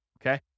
okay